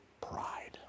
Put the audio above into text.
pride